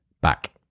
back